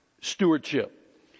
stewardship